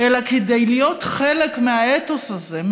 אלא כדי להיות חלק מהאתוס הזה,